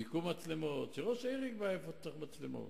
מיקום מצלמות, שראש העיר יקבע איפה צריך מצלמות.